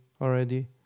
already